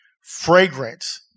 fragrance